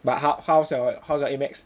but how how's your a maths